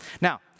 Now